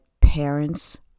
parents